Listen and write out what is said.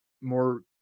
more